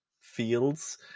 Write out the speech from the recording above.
fields